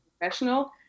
professional